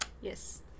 Yes